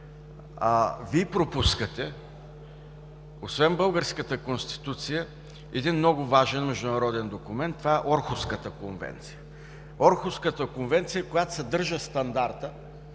Вие пропускате освен българската Конституция, един много важен международен документ – това е Орхуската конвенция, която съдържа стандарта